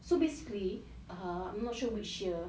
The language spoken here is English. so basically err I'm not sure which year